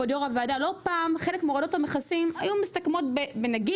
כבוד יו"ר הוועדה לא פעם חלק מהורדות המכסים היו מסתכמים בנגיד,